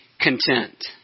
content